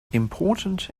important